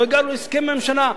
לא הגענו להסכם עם הממשלה.